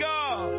God